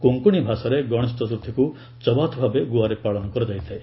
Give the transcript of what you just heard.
କୋଙ୍କଣୀ ଭାଷାରେ ଗଣେଶ ଚତୁର୍ଥୀକୁ 'ଚବାଥ୍' ଭାବେ ଗୋଆରେ ପାଳନ କରାଯାଇଥାଏ